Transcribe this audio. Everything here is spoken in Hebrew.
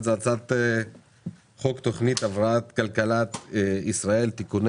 הצעת חוק התוכנית להבראת כלכלת ישראל (תיקוני